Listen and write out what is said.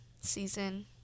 season